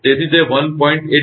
તેથી તે 1